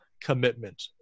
commitment